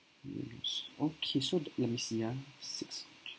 yes okay so let me see ah six